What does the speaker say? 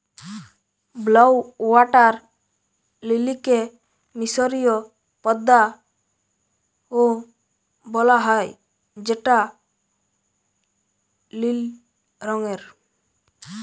blue water লিলিকে মিসরীয় পদ্দা ও বলা হ্যয় যেটা লিল রঙের